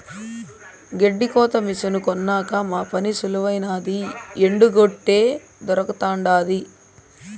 గెడ్డి కోత మిసను కొన్నాక మా పని సులువైనాది ఎండు గెడ్డే దొరకతండాది